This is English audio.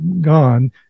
gone